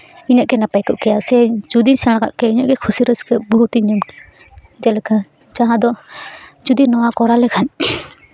ᱤᱧᱟᱹᱜ ᱜᱮ ᱱᱟᱯᱟᱭ ᱠᱚᱜ ᱠᱮᱭᱟ ᱥᱮ ᱡᱩᱫᱤ ᱥᱮᱬᱟ ᱠᱟᱜ ᱠᱮᱭᱟ ᱤᱧᱟᱹᱜ ᱜᱮ ᱠᱩᱥᱤ ᱨᱟᱹᱥᱠᱟᱹ ᱵᱩᱦᱩᱫ ᱤᱧ ᱧᱟᱢ ᱠᱮᱭᱟ ᱡᱮᱞᱮᱠᱟ ᱡᱟᱦᱟᱸ ᱫᱚ ᱡᱩᱫᱤ ᱱᱚᱣᱟ ᱠᱚᱨᱟᱣ ᱞᱮᱠᱷᱟᱱ